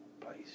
place